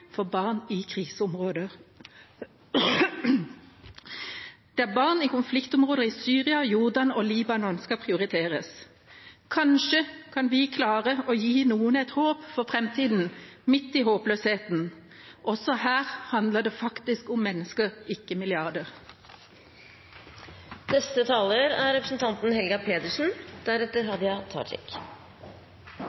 for barn i kriseområder, der barn i konfliktområder i Syria, i Jordan og i Libanon skal prioriteres. Kanskje kan vi klare å gi noen et håp for framtida, midt i håpløsheten. Også her handler det faktisk om mennesker, ikke om milliarder.